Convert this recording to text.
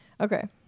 okay